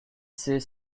sait